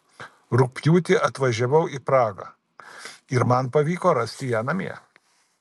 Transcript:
rugpjūtį atvažiavau į prahą ir man pavyko rasti ją namie